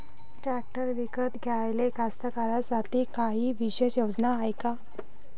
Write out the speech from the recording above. Tractor विकत घ्याले कास्तकाराइसाठी कायी विशेष योजना हाय का?